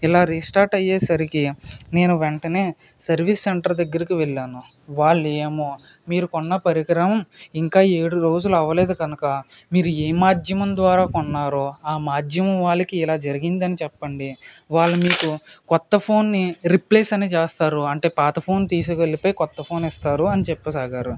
ఇలా రీస్టార్ట్ అయ్యేసరికి నేను వెంటనే సర్వీస్ సెంటర్ దగ్గరకి వెళ్ళాను వాళ్ళు ఏమో మీరు కొన్న పరికరం ఇంకా ఏడు రోజులు అవ్వలేదు కనుక మీరు ఏ మాధ్యమం ద్వారా కొన్నారో ఆ మాధ్యమం వాళ్ళకి ఇలా జరిగిందని చెప్పండి వాళ్ళు మీకు కొత్త ఫోన్ని రీప్లేస్ అని చేస్తారు అంటే పాత ఫోన్ తీసుకెళ్ళి పోయి కొత్త ఫోన్ ఇస్తారు అని చెప్పసాగారు